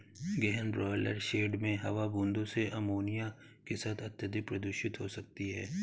गहन broiler shed में हवा बूंदों से अमोनिया के साथ अत्यधिक प्रदूषित हो सकती है